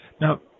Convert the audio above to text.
Now